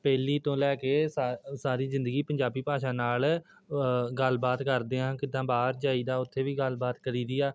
ਪਹਿਲੀ ਤੋਂ ਲੈ ਕੇ ਸਾ ਸਾਰੀ ਜ਼ਿੰਦਗੀ ਪੰਜਾਬੀ ਭਾਸ਼ਾ ਨਾਲ ਗੱਲਬਾਤ ਕਰਦੇ ਹਾਂ ਕਿੱਦਾਂ ਬਾਹਰ ਜਾਈਦਾ ਉਥੇ ਵੀ ਗੱਲਬਾਤ ਕਰੀਦੀ ਆ